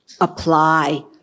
apply